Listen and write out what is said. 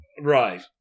Right